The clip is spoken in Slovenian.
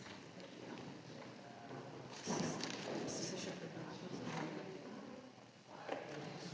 Hvala